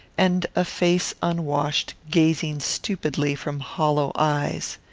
and a face unwashed, gazing stupidly from hollow eyes.